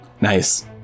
Nice